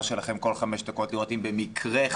שלכם כל חמש דקות לראות אם במקרה הוא היה ליד חולה מאומת.